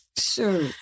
sure